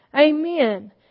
Amen